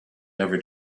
never